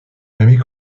jamais